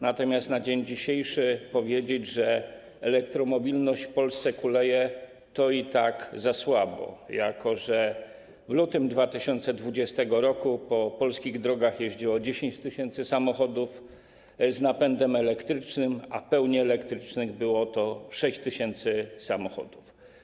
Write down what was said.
Natomiast na dzień dzisiejszy powiedzieć, że elektromobilność w Polsce kuleje, to i tak za słabo, jako że w lutym 2020 r. po polskich drogach jeździło 10 tys. samochodów z napędem elektrycznym, a w pełni elektrycznych było 6 tys. samochodów.